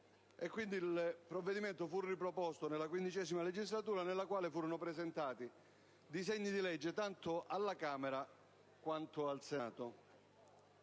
il provvedimento fu riproposto quindi nella XV legislatura, nel corso della quale furono presentati disegni di legge tanto alla Camera quanto al Senato.